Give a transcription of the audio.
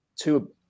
two